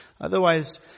Otherwise